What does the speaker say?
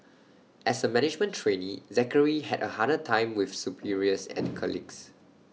as A management trainee Zachary had A harder time with superiors and colleagues